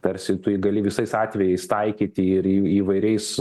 tarsi tu jį gali visais atvejais taikyti ir į įvairiais